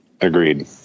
Agreed